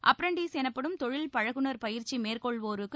apprentice எனப்படும் தொழில் பழகுநர் பயிற்சி மேற்கொள்வோருக்கு